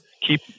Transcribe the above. Keep